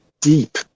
deep